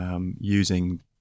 using